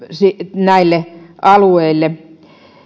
näille alueille